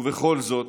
ובכל זאת,